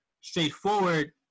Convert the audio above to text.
straightforward